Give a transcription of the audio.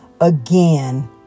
again